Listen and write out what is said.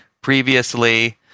previously